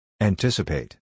Anticipate